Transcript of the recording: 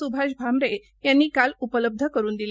सुभाष भामरे यांनी काल उपलब्ध करून दिल्या